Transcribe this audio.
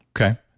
Okay